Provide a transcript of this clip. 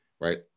Right